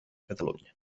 catalunya